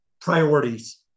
priorities